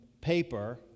paper